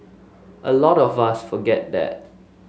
a lot of us forget that